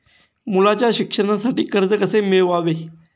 मुलाच्या शिक्षणासाठी कर्ज कसे मिळवावे?